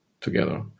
together